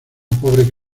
pobre